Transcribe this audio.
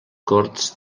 corts